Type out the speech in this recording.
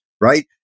right